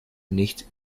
nichts